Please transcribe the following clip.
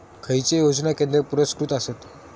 खैचे योजना केंद्र पुरस्कृत आसत?